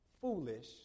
foolish